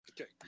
Okay